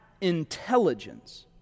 intelligence